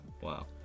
Wow